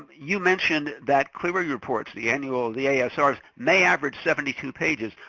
you mentioned that clery reports, the annual, the asrs may average seventy two pages.